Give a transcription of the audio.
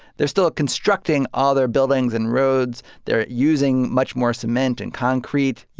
they're still constructing all their buildings and roads. they're using much more cement and concrete,